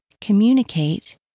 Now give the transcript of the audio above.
communicate